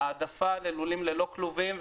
ההעדפה ללולים ללא כלובים.